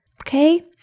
Okay